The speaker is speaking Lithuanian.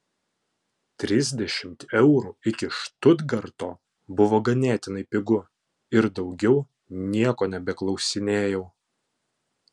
trisdešimt eurų iki štutgarto buvo ganėtinai pigu ir daugiau nieko nebeklausinėjau